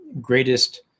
greatest